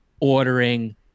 ordering